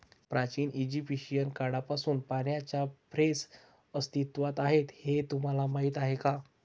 प्राचीन इजिप्शियन काळापासून पाण्याच्या फ्रेम्स अस्तित्वात आहेत हे तुम्हाला माहीत आहे का?